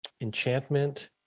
enchantment